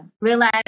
realize